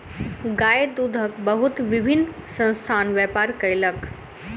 गाय दूधक बहुत विभिन्न संस्थान व्यापार कयलक